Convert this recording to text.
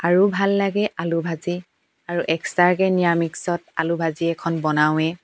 আৰু ভাল লাগে আলু ভাজি আৰু এক্সট্ৰাকৈ নিৰামিষত আলু ভাজি এখন বনাওঁৱেই